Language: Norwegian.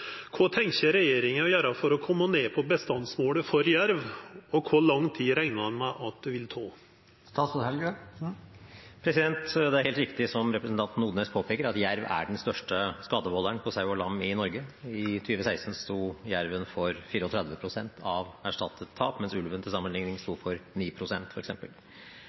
regner man med at det vil ta?» Det er helt riktig, som representanten Odnes påpeker, at jerv er den største skadevolderen på sau og lam i Norge. I 2016 sto jerven for 34 pst. av erstattet tap, mens ulven til sammenligning sto for